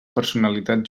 personalitat